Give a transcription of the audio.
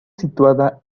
situada